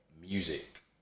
music